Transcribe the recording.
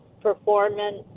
performance